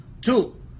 Two